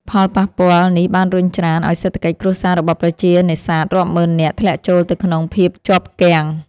ផលប៉ះពាល់នេះបានរុញច្រានឱ្យសេដ្ឋកិច្ចគ្រួសាររបស់ប្រជានេសាទរាប់ម៉ឺននាក់ធ្លាក់ចូលទៅក្នុងភាពជាប់គាំង។